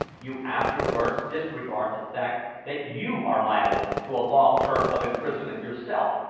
you afterwards disregard the fact that you are liable to a long term of imprisonment yourself,